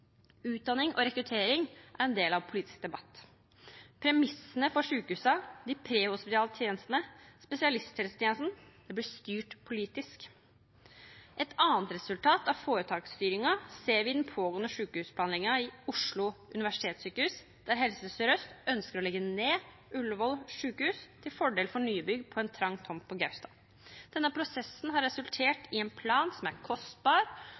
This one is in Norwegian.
Utdanning og rekruttering er en del av den politiske debatt. Premissene for sykehusene, de prehospitale tjenestene og spesialisthelsetjenesten blir styrt politisk. Et annet resultat av foretaksstyringen ser vi i den pågående sykehusplanleggingen av Oslo universitetssykehus, der Helse Sør-Øst ønsker å legge ned Ullevål sykehus til fordel for nybygg på en trang tomt på Gaustad. Denne prosessen har resultert i en plan som er kostbar,